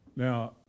Now